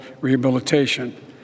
rehabilitation